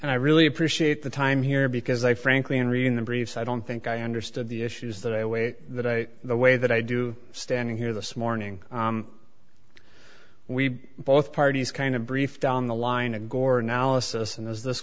and i really appreciate the time here because i frankly in reading the briefs i don't think i understood the issues that i wait the day the way that i do standing here this morning we both parties kind of briefed on the line and gore analysis and there's this